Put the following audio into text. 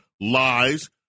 lies